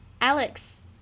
Alex